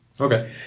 okay